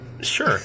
sure